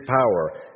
power